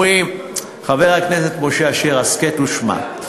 חבר הכנסת יעקב אשר, הסכת ושמע.